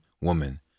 woman